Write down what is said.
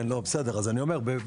אני אומר,